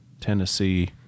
Tennessee